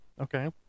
okay